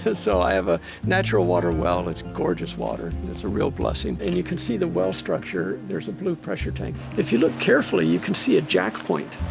so i have a natural water well, it's gorgeous water. and it's a real blessing. and you can see the well structure. there's a blue pressure tank. if you look carefully you can see a jack point.